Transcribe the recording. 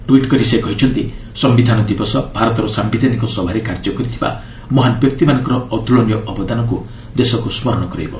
tweet କରି ସେ କହିଛନ୍ତି ସମ୍ଭିଧାନ ଦିବସ ଭାରତର ସାୟିଧାନିକ ସଭାରେ କାର୍ଯ୍ୟ କରିଥିବା ମହାନ୍ ବ୍ୟକ୍ତିମାନଙ୍କର ଅତୁଳନୀୟ ଅବଦାନକୁ ଦେଶକୁ ସ୍କରଣ କରାଇବ